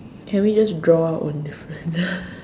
can we just draw our own different